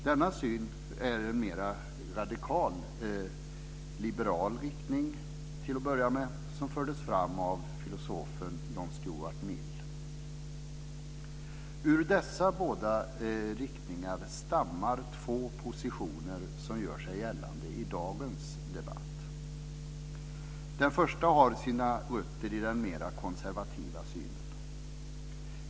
Denna syn som gick i mera radikal liberal riktning, till att börja med, fördes fram av filosofen John Stuart Mill. Ur dessa båda riktningar stammar två positioner som gör sig gällande i dagens debatt. Den första har sina rötter i den mera konservativa synen.